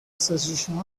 assassination